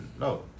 No